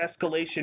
escalation